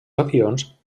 avions